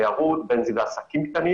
כלכלי תעסוקתי.